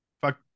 fuck